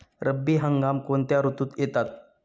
रब्बी हंगाम कोणत्या ऋतूत येतात?